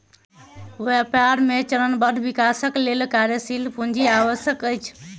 व्यापार मे चरणबद्ध विकासक लेल कार्यशील पूंजी आवश्यक अछि